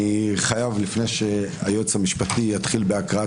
אני חייב לפני שהיועץ המשפטי יתחיל בהקראת